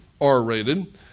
R-rated